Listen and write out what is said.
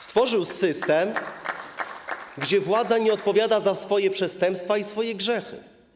Stworzył system, w którym władza nie odpowiada za swoje przestępstwa i swoje grzechy.